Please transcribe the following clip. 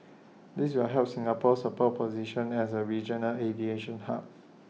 this will help Singapore support position as A regional aviation hub